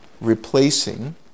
replacing